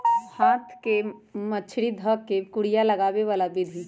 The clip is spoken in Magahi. हाथ से मछरी ध कऽ कुरिया लगाबे बला विधि